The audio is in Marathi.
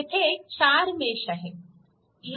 येथे 4 मेश आहेत